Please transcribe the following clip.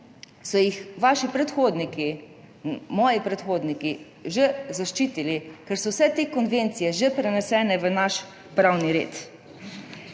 so jih vaši predhodniki, moji predhodniki že zaščitili, ker so vse te konvencije že prenesene v naš pravni red.